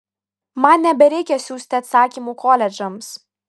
man nebereikia siųsti atsakymų koledžams